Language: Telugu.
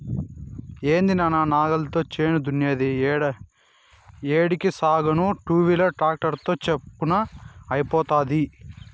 ఏందన్నా నా నాగలితో చేను దున్నేది ఏడికి సాగేను టూవీలర్ ట్రాక్టర్ తో చప్పున అయిపోతాది